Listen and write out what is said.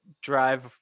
drive